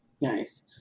Nice